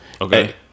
okay